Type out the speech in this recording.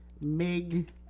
Mig